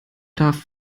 darf